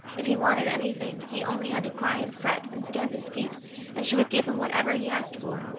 if he wanted anything he only had to cry and fret and stamp his feet and she would give him whatever he asked for,